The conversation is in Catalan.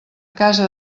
casa